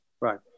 Right